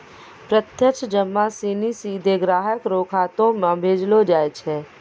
प्रत्यक्ष जमा सिनी सीधे ग्राहक रो खातो म भेजलो जाय छै